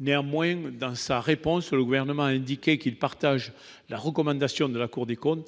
Néanmoins, dans sa réponse, le Gouvernement a indiqué qu'il partageait la recommandation de la Cour et que,